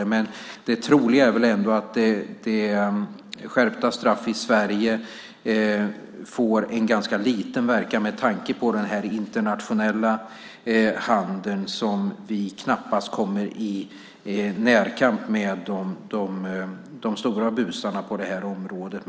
Men det troliga är tyvärr ändå att skärpta straff i Sverige får en ganska liten verkan med tanke på den internationella handeln, som vi knappast kommer i närkamp med. Där handlar det om de stora busarna på området.